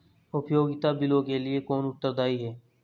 उपयोगिता बिलों के लिए कौन उत्तरदायी है?